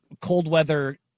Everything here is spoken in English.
cold-weather